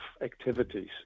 activities